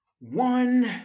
one